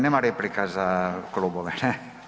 Nema replika za klubove.